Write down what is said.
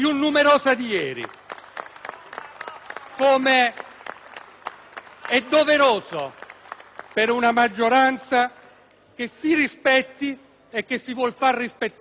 come è doveroso per una maggioranza che si rispetti e che si vuol far rispettare: nessun atto di eroismo.